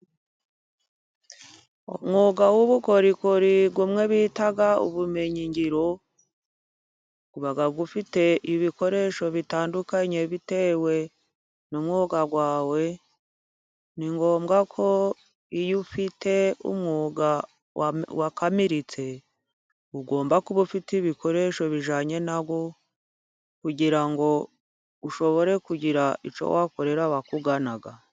Umwuga w'ubukorikori umwe bita ubumenyingiro, ufite ibikoresho bitandukanye bitewe n'umwuga wawe. Ni ngombwa ko iyo ufite umwuga wakamiritse, ugomba kuba ufite ibikoresho bijyanye na wo, kugira ngo ushobore kugira icyo wakorera abakugana.